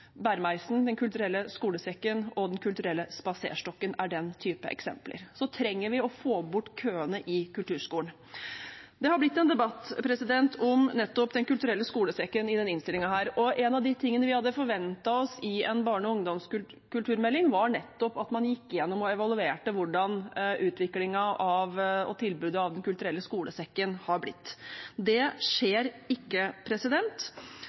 skolesekken og Den kulturelle spaserstokken er eksempler på det. Vi trenger å få bort køene i Kulturskolen. Det har blitt en debatt om Den kulturelle skolesekken i denne innstillingen, og en av de tingene vi hadde forventet oss i en barne- og ungdomskulturmelding, var at man gikk igjennom og evaluerte hvordan utviklingen av og tilbudet i Den kulturelle skolesekken har blitt. Det skjer ikke.